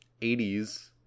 80s